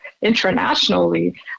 internationally